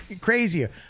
crazier